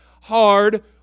hard